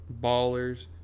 Ballers